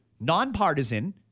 nonpartisan